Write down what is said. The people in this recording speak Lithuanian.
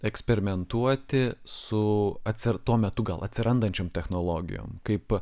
eksperimentuoti su atsi metu gal atsirandančiom technologijom kaip